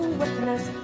witness